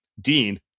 Dean